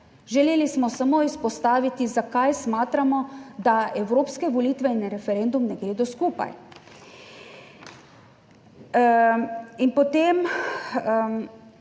Želeli smo samo izpostaviti, zakaj smatramo, da evropske volitve in referendum ne gredo skupaj.